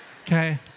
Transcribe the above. Okay